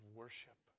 worship